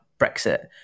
Brexit